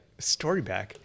storyback